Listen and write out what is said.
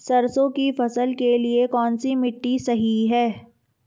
सरसों की फसल के लिए कौनसी मिट्टी सही हैं?